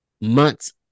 months